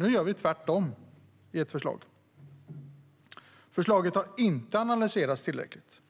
Nu gör vi tvärtom i detta förslag. Förslaget har inte analyserats tillräckligt.